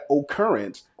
occurrence